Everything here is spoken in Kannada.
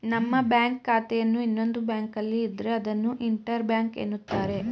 ನಮ್ಮ ಬ್ಯಾಂಕ್ ಖಾತೆಯನ್ನು ಇನ್ನೊಂದು ಬ್ಯಾಂಕ್ನಲ್ಲಿ ಇದ್ರೆ ಅದನ್ನು ಇಂಟರ್ ಬ್ಯಾಂಕ್ ಎನ್ನುತ್ತಾರೆ